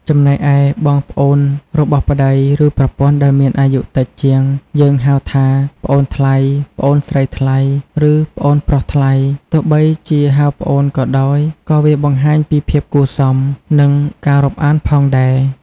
ចំណែកឯបងប្អូនរបស់ប្ដី ឬប្រពន្ធដែលមានអាយុតិចជាង យើងហៅថា ប្អូនថ្លៃ, ប្អូនស្រីថ្លៃ ឬ ប្អូនប្រុសថ្លៃ ទោះបីជាហៅប្អូនក៏ដោយ ក៏វាបង្ហាញពីភាពគួរសម និងការរាប់អានផងដែរ។